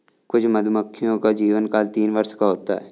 कुछ मधुमक्खियों का जीवनकाल तीन वर्ष का होता है